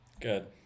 Good